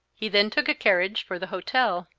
he then took a carriage for the hotel.